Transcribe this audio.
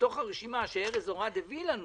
בתוך הרשימה שארז אורעד הביא לנו,